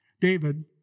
David